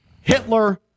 Hitler